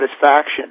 satisfaction